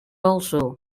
also